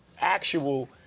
actual